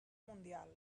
mundial